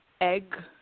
egg